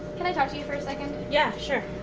can i talk to you for a second. yeah, sure.